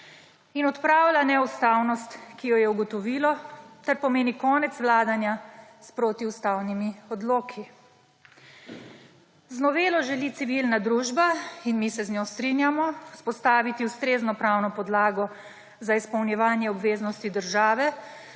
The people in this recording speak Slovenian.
in odpravlja neustavnost, ki jo je ugotovilo ter pomeni konec vladanja s protiustavnimi odloki. Z novelo želi civilna družba, in mi se z njo strinjamo, vzpostaviti ustrezno pravno podlago za izpolnjevanje obveznosti države,